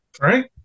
Right